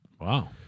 Wow